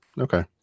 Okay